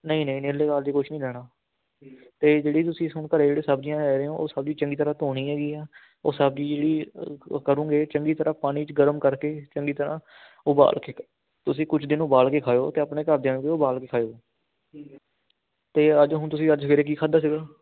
ਨਹੀਂ ਨਹੀਂ ਨਹੀਂ ਨਾਲ ਦੀ ਕੁਛ ਨਹੀਂ ਲੈਣਾ ਅਤੇ ਜਿਹੜੀ ਤੁਸੀਂ ਹੁਣ ਘਰ ਜਿਹੜੇ ਸਬਜ਼ੀਆਂ ਲੈ ਰਹੇ ਹੋ ਉਹ ਸਬਜ਼ੀ ਤੁਸੀਂ ਚੰਗੀ ਤਰ੍ਹਾਂ ਧੋਣੀ ਹੈਗੀ ਆ ਉਹ ਸਬਜ਼ੀ ਜਿਹੜੀ ਕਰੁੰਗੇ ਚੰਗੀ ਤਰ੍ਹਾਂ ਪਾਣੀ 'ਚ ਗਰਮ ਕਰਕੇ ਚੰਗੀ ਤਰ੍ਹਾਂ ਉਬਾਲ ਕੇ ਤੁਸੀਂ ਕੁਛ ਦਿਨ ਉਬਾਲ ਕੇ ਖਾਇਓ ਅਤੇ ਆਪਣੇ ਘਰਦਿਆਂ ਨੂੰ ਕਿਹੋ ਉਬਾਲ ਕੇ ਖਾਇਓ ਅਤੇ ਅੱਜ ਹੁਣ ਤੁਸੀਂ ਅੱਜ ਸਵੇਰੇ ਕੀ ਖਾਧਾ ਸੀਗਾ